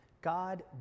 god